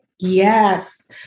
Yes